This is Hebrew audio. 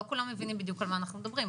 לא כולם מבינים בדיוק על מה אנחנו מדברים.